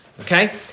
okay